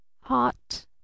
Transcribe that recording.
hot